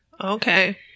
Okay